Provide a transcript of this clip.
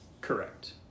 correct